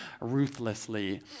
ruthlessly